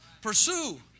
Pursue